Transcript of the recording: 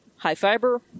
High-fiber